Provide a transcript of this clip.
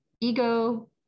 ego